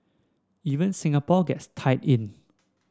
even Singapore gets tied in